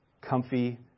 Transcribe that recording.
comfy